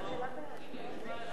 לרשותך עשר דקות.